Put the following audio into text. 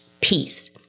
peace